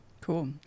Cool